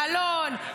מלון,